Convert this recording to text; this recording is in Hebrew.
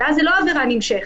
ואז זה לא עבירה נמשכת,